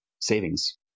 savings